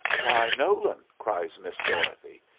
why, nolan! cries miss dorothy,